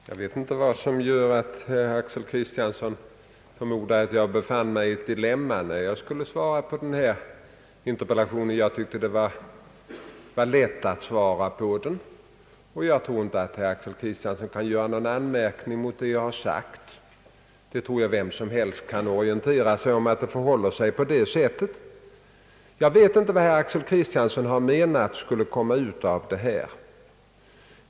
Herr talman! Jag förstår inte vad som gör att herr Axel Kristiansson förmodar att jag befann mig i ett dilemma när jag skulle besvara interpellationen. Jag tyckte det var lätt att svara på den, och jag tror inte att herr Axel Kristiansson kan göra någon anmärkning mot det jag har sagt. Vem som helst torde kunna orientera sig om att det förhåller sig på detta sätt. Jag vet inte vad herr Axel Kristiansson menat skulle komma ut av verksamheten.